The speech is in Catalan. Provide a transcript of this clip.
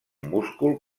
múscul